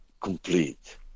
complete